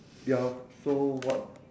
yup so what